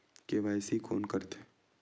KYC कोन करथे?